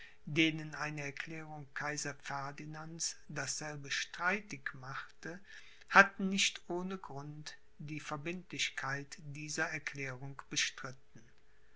denen eine erklärung kaiser ferdinands dasselbe streitig machte hatten nicht ohne grund die verbindlichkeit dieser erklärung bestritten